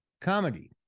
comedy